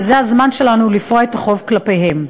וזה הזמן שלנו לפרוע את החוב כלפיהם.